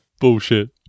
Bullshit